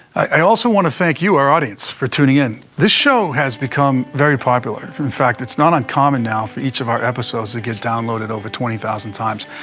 i also want to thank you our audience for tuning in. this show has become very popular. in fact, it's not uncommon now for each of our episodes to get downloaded over twenty thousand times,